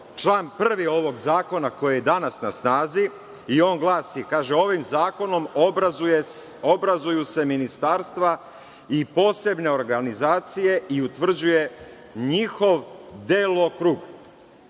član 1. ovog zakona koji je i danas na snazi, a koji glasi: „Ovim zakonom obrazuju se ministarstva i posebne organizacije i utvrđuje njihov delokrug.